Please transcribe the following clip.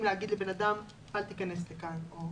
להגיד לבן אדם שלא ייכנס למקום כלשהו.